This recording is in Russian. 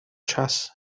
час